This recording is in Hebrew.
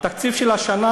התקציב של השנה,